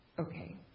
Okay